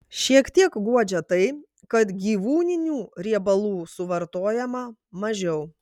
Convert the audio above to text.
šiek tiek guodžia tai kad gyvūninių riebalų suvartojama mažiau